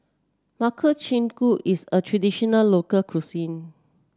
Makchang Gui is a traditional local cuisine